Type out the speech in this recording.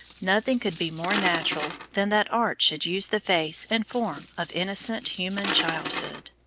nothing could be more natural than that art should use the face and form of innocent human childhood.